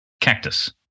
cactus